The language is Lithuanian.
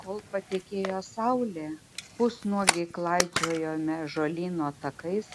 kol patekėjo saulė pusnuogiai klaidžiojome ąžuolyno takais